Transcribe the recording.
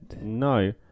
No